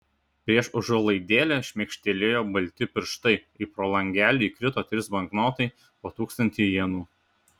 prieš užuolaidėlę šmėkštelėjo balti pirštai ir pro langelį įkrito trys banknotai po tūkstantį jenų